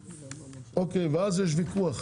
ואז יש ויכוח,